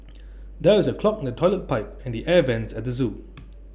there is A clog in the Toilet Pipe and the air Vents at the Zoo